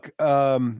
look –